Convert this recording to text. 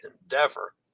endeavor